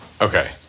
Okay